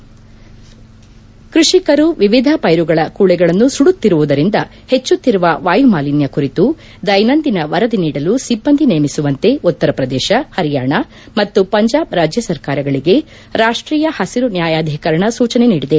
ಕ್ಸೆಡಿಕರು ವಿವಿಧ ಪ್ನೆರುಗಳ ಕೊಳಿಗಳನ್ನು ಸುಡುತ್ತಿರುವುದರಿಂದ ಹೆಚ್ಚುತ್ತಿರುವ ವಾಯುಮಾಲಿನ್ನ ಕುರಿತು ದ್ವೆನಂದಿನ ವರದಿ ನೀಡಲು ಸಿಬ್ಬಂದಿ ನೇಮಿಸುವಂತೆ ಉತ್ತರ ಪ್ರದೇಶ ಹರಿಯಾಣ ಮತ್ತು ಪಂಜಾಬ್ ರಾಜ್ಯ ಸರ್ಕಾರಗಳಿಗೆ ರಾಷ್ಟೀಯ ಹಸಿರು ನ್ಯಾಯಾಧೀಕರಣ ಸೂಚನೆ ನೀಡಿದೆ